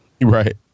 right